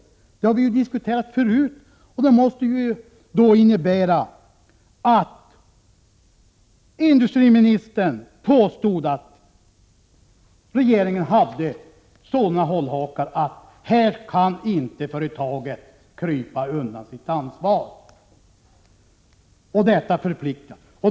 Detta har vi diskuterat tidigare. Det hela måste ju tolkas så, att industriministern påstod att regeringen har sådana hållhakar på företaget att det inte kan krypa undan sitt ansvar. Och detta förpliktar.